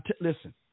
Listen